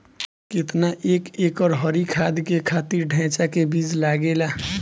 केतना एक एकड़ हरी खाद के खातिर ढैचा के बीज लागेला?